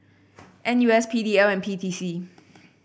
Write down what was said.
N U S P D L and P T C